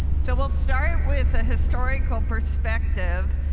so we'll start with a historical perspective,